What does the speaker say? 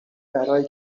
برای